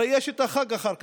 הרי יש חג אחר כך,